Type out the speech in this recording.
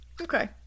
Okay